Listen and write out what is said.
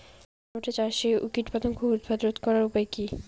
Tomato চাষে কীটপতঙ্গের উৎপাত রোধ করার উপায় কী?